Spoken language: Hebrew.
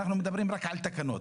אנחנו מדברים רק על תקנות.